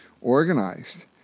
organized